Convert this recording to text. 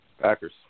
Packers